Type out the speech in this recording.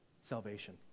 salvation